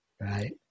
right